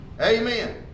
Amen